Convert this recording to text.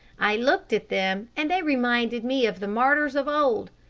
i looked at them, and they reminded me of the martyrs of old.